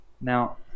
Now